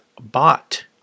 Bot